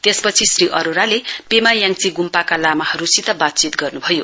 त्यसपछि श्री अरोराले पेमायाङ्ची ग्म्पाका लामाहरूसित बातचीत गर्न्भयो